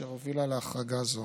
אשר הובילה להחרגה זו.